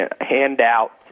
handout